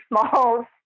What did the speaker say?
small